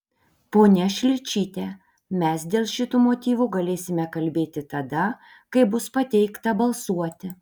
ponia šličyte mes dėl šitų motyvų galėsime kalbėti tada kai bus pateikta balsuoti